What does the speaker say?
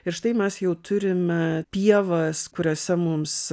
ir štai mes jau turime pievas kuriose mums